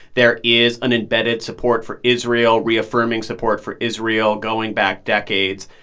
there is an embedded support for israel, reaffirming support for israel going back decades.